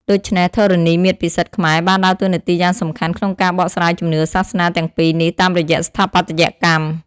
ដូច្នេះ ធរណីមាត្រពិសិដ្ឋខ្មែរបានដើរតួនាទីយ៉ាងសំខាន់ក្នុងការបកស្រាយជំនឿសាសនាទាំងពីរនេះតាមរយៈស្ថាបត្យកម្ម។